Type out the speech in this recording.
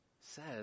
says